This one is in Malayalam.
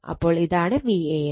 അപ്പോൾ ഇതാണ് Van